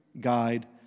guide